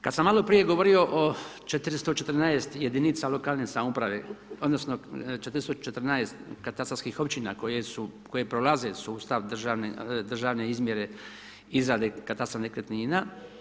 Kada sam malo prije govorio o 414 jedinica lokalne samouprave odnosno 414 katastarskih općina koje su, koje prolaze sustav državne izmjere, izrade katastra nekretnina.